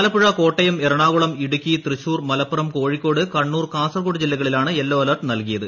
ആലപ്പുഴ കോട്ടയം എറ്റ്ണാകുളം ഇടുക്കി തൃശ്ശൂർ മലപ്പുറം കോഴിക്കോട് കണ്ണൂർ ക്ടാസർഗോഡ് ജില്ലകളിലാണ് yellow alert ന്റൽകീയത്